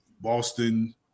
Boston